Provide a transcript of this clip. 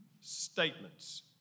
statements